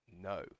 no